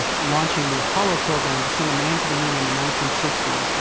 launching the apollo program to send a man to the moon in the nineteen sixty s,